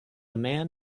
man